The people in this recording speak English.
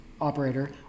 operator